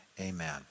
amen